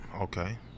okay